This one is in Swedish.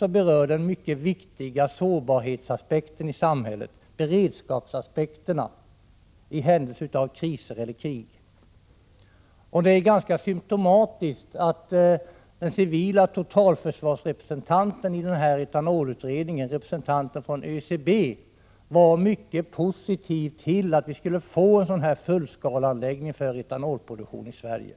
det gäller den mycket viktiga sårbarhetsaspekten och beredskapsaspekten i händelse av kriser eller krig. Det är ganska symptomatiskt att den civila totalförsvarsrepresentanten i etanolutredningen, representanten från ÖCB, var mycket positiv till en fullskaleanläggning för etanolproduktion i Sverige.